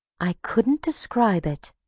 i couldn't describe it,